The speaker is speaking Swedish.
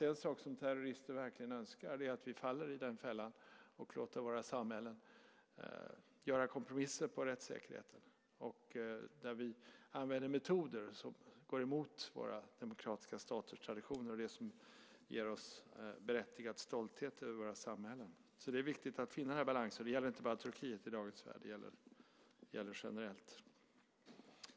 En sak som terrorister verkligen önskar är att vi faller i den fällan och låter våra samhällen göra kompromisser på rättssäkerhetens område, där vi använder metoder som går emot våra demokratiska staters traditioner, det som ger oss berättigad stolthet över våra samhällen. Det är viktigt att finna balansen. Det gäller inte bara Turkiet i dagens värld. Det gäller generellt.